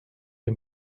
den